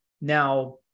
Now